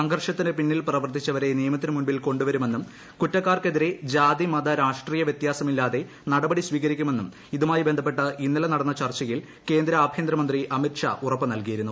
സംഘർഷത്തിന് പിന്നിൽ പ്രവർത്തിച്ചവരെ നിയമത്തിന് മുന്നിൽ കൊണ്ടുവരുമെന്നും കുറ്റക്കാർക്കെതിരെ ജാതി മത രാഷ്ട്രീയ വ്യത്യാസമില്ലാതെ നടപടി സ്വീകരിക്കുമെന്നും ഇതുമായി ബന്ധപ്പെട്ട് ഇന്റ്ളല നടന്ന ചർച്ചയിൽ കേന്ദ്ര ആഭ്യന്തരമന്ത്രി അമിത് ഷാ ഉറപ്പു നൽകിയിരുന്നു